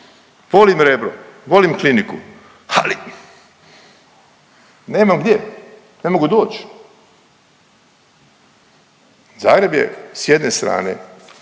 volim Rebro, volim kliniku, ali nemam gdje, ne mogu doć. Zagreb je s jedne strane